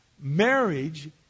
marriage